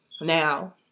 now